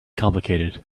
complicated